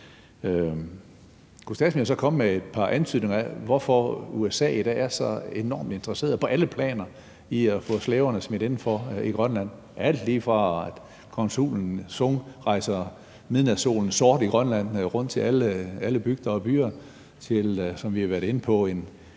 – om statsministeren kunne komme med et par antydninger af, hvorfor USA i dag er så enormt interesseret i på alle planer at få slæberne smidt indenfor i Grønland. Alt lige fra konsulen Sung, der rejser midnatssolen sort i Grønland og rundt til alle bygder og byer, til en, som vi har været inde på,